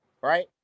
Right